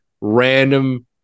random